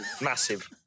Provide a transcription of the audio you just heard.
Massive